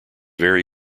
very